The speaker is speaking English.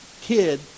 kid